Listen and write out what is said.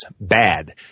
bad